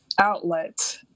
outlet